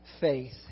faith